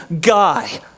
guy